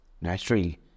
Naturally